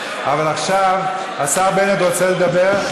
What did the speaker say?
אבל עכשיו השר בנט רוצה לדבר.